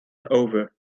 over